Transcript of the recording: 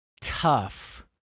tough